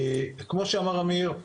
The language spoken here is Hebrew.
כמו שאמר אמיר,